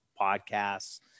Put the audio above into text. podcasts